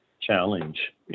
challenge